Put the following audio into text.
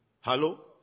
hello